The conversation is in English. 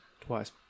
twice